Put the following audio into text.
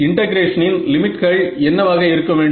இன்டெகிரேஷனின் லிமிட்கள் என்னவாக இருக்க வேண்டும்